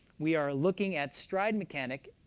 we are looking at stride mechanic,